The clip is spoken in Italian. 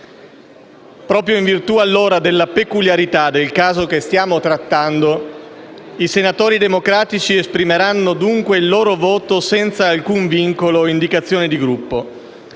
Proprio in virtù della peculiarità del caso che stiamo trattando, i senatori democratici esprimeranno dunque il loro voto senza alcun vincolo o indicazione di Gruppo,